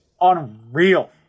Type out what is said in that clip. unreal